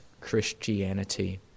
Christianity